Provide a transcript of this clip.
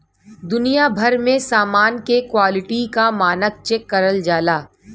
दुनिया भर में समान के क्वालिटी क मानक चेक करल जाला